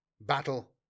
Battle